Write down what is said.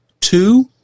two